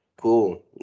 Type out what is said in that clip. cool